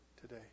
today